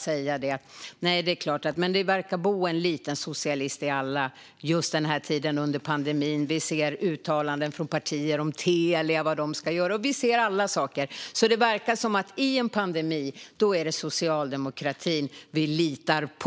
Jag vill också bara säga att det verkar bo en liten socialist i alla just under den här tiden med pandemin. Vi hör uttalanden från partier om Telia och vad de ska göra, och vi ser alla möjliga saker. Det verkar som att i en pandemi är det socialdemokratin vi litar på.